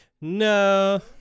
no